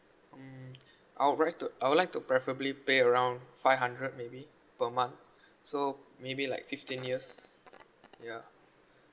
um I would like I would like to preferably pay around five hundred maybe per month so maybe like fifteen years ya